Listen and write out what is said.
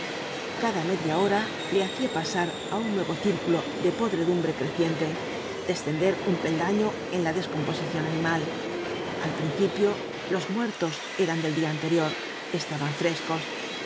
cada media hora le hacía pasar á un nuevo círculo de podredumbre creciente descender un peldaño en la descomposición animal al principio los muertos eran del día anterior estaban frescos